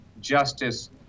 justice